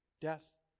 death